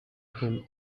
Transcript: him